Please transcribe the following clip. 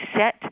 set